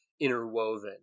interwoven